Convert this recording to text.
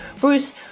Bruce